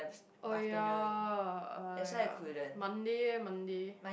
oh ya oh ya Monday leh Monday